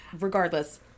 regardless